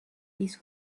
this